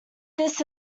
this